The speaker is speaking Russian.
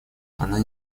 она